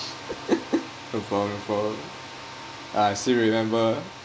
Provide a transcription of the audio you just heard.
no problem problem ah I still remember